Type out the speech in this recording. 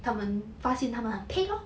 他们发现他们很配 lor